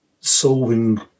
solving